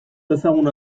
ezaguna